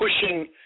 pushing